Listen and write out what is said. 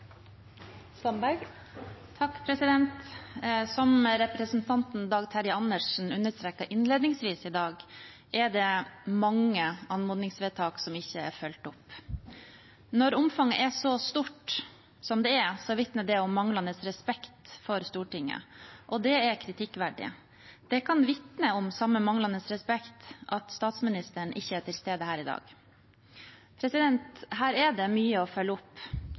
mange anmodningsvedtak ikke fulgt opp. Når omfanget er så stort som det er, vitner det om manglende respekt for Stortinget, og det er kritikkverdig. Det kan vitne om samme manglende respekt at statsministeren ikke er til stede her i dag. Her er det mye å følge opp,